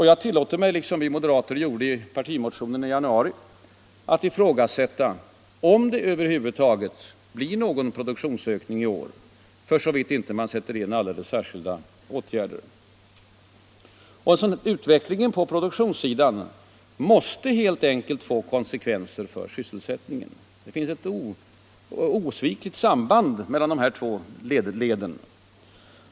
Jag tillåter mig - liksom vi moderater gjorde i partimotionen i januari — att ifrågasätta om det över huvud taget blir någon produktionsökning i år för så vitt inte alldeles särskilda åtgärder sätts in. Utvecklingen på produktionssidan måste helt enkelt få konsekvenser för sysselsättningen. Det finns ett osvikligt samband mellan de två leden.